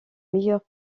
meilleurs